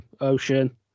ocean